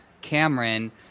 cameron